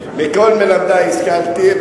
מכל מלמדי השכלתי,